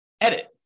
edit